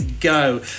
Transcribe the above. Go